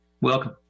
Welcome